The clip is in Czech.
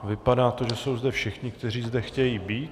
Vypadá to, že jsou zde všichni, kteří zde chtějí být...